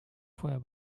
vorher